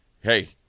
hey